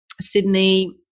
Sydney